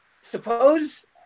Suppose